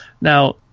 Now